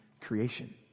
creation